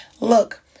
Look